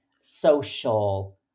social